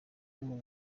ubu